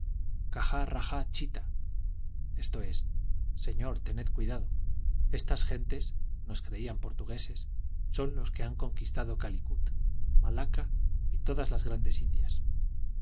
cata roja chita esto es señor tened cuidado estas gentes nos creían portugueses son los que han conquistado calicut malacca y todas las grandes indias